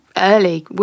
early